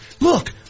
Look